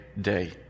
day